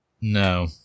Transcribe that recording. No